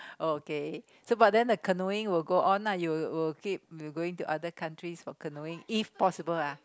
oh okay so but then the canoeing will go on ah you will keep will going to other countries for canoeing if possible ah